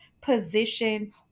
position